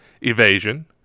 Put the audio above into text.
Evasion